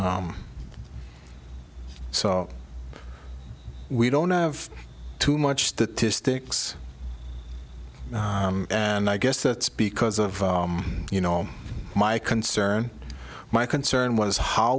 so we don't have too much statistics and i guess that's because of you know my concern my concern was how